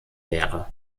wäre